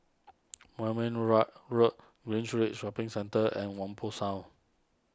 Moulmein Rough Road Greenridge Shopping Centre and Whampoa South